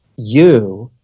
you,